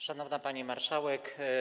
Szanowna Pani Marszałek!